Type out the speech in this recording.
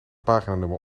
paginanummer